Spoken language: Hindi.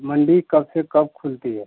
मंडी कब से कब खुलती है